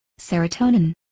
Serotonin